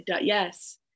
yes